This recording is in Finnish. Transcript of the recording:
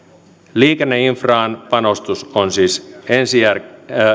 liikenneinfraan panostus on siis